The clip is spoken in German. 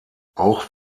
auch